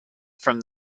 from